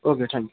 okay thank